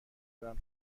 دارم